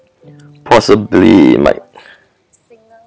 possibly like